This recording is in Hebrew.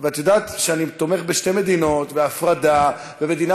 ואת יודעת שאני תומך בשתי מדינות והפרדה ומדינה